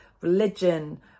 religion